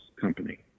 company